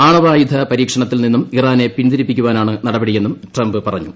ആണവായുധ പരീക്ഷണത്തിൽ നിന്നും ഇറനെ പിൻതിരിപ്പിക്കാനാണ് നടപടിയെന്നും ട്രംപ് പറഞ്ഞു